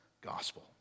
gospel